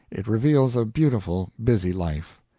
it reveals a beautiful, busy life.